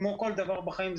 כמו כל דבר בחיים,